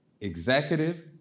executive